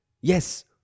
yes